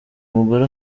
mugore